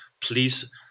please